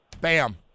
Bam